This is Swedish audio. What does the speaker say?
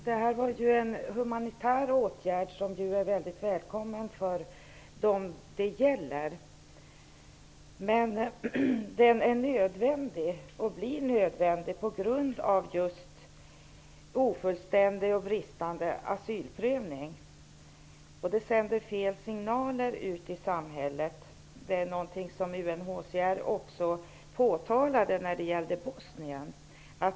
Herr talman! Detta är en humanitär åtgärd som är mycket välkommen för dem som det gäller. Den är nödvändig på grund av ofullständig och bristande asylprövning, och det sänder fel signaler ut i samhället. Detta påtalade också UNHCR när det gällde Bosnien.